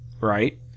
Right